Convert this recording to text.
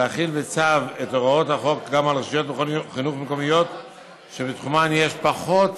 להחיל בצו את הוראות החוק גם על רשויות חינוך מקומיות שבתחומן יש פחות